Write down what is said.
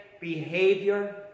behavior